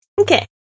Okay